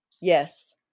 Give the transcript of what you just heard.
Yes